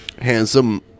handsome